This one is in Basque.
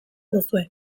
duzue